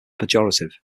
pejorative